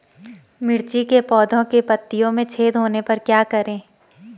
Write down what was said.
मिर्ची के पौधों के पत्तियों में छेद होने पर क्या करें?